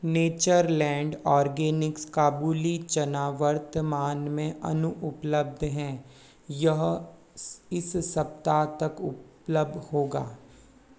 Natureland Organics काबुली चना वर्तमान में अनउपलब्ध है यह इस सप्ताह तक उपलब्ध होगा